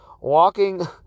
Walking